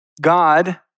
God